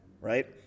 right